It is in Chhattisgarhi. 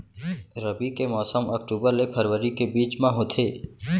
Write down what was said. रबी के मौसम अक्टूबर ले फरवरी के बीच मा होथे